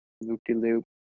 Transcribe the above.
loop-de-loop